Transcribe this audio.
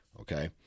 okay